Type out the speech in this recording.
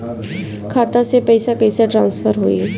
खाता से पैसा कईसे ट्रासर्फर होई?